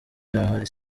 ahari